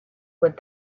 would